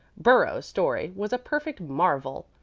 burrows's story was a perfect marvel.